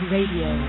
Radio